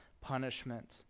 punishment